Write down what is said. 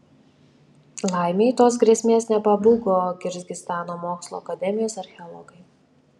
laimei tos grėsmės nepabūgo kirgizstano mokslų akademijos archeologai